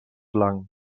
blanc